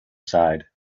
side